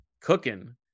cooking